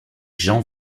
jean